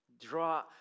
Draw